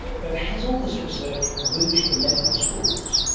but has all this research reached the medical schools?